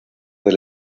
del